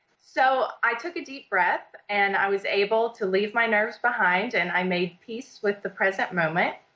so i took a deep breath and i was able to leave my nerves behind and i made peace with the present moment.